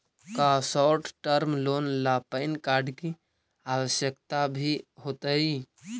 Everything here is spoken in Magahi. का शॉर्ट टर्म लोन ला पैन कार्ड की आवश्यकता भी होतइ